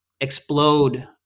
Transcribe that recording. explode